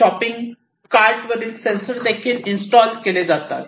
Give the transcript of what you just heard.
shopping कार्टवरील sensor देखील install केले जातात